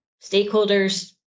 stakeholders